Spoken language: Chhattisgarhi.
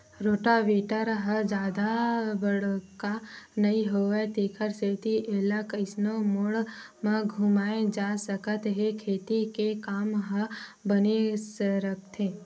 रोटावेटर ह जादा बड़का नइ होवय तेखर सेती एला कइसनो मोड़ म घुमाए जा सकत हे खेती के काम ह बने सरकथे